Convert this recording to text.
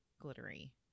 glittery